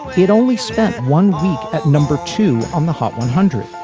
he'd only spent one week at number two on the hot one hundred